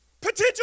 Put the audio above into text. potential